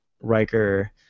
Riker